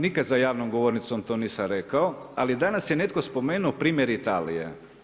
Nikad za javnom govornicom to nisam rekao ali danas je netko spomenuo primjer Italije.